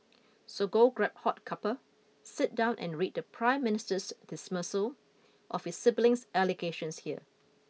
so go grab hot cuppa sit down and read the prime minister's dismissal of his siblings allegations here